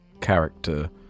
character